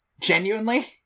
Genuinely